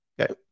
Okay